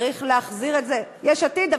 צריך להחזיר את זה, יש עתיד.